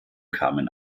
kamen